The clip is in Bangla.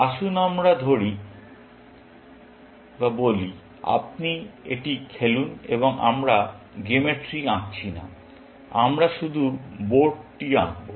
আসুন আমরা বলি আপনি এটি খেলুন এবং আমরা গেমের ট্রি আঁকছি না আমরা শুধু বোর্ডটি আঁকব